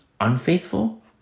unfaithful